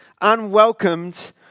unwelcomed